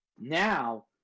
now